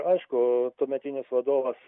aišku tuometinis vadovas